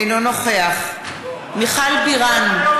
אינו נוכח מיכל בירן,